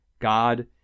God